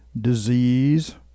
disease